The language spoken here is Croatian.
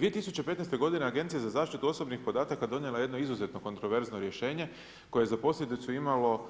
2015. godine Agencija za zaštitu osobnih podataka donijela je jedno izuzetno kontraverzno rješenje koje je za posljedicu imalo